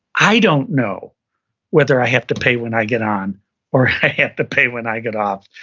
i don't know whether i have to pay when i get on or i have to pay when i get off.